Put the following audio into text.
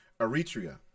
Eritrea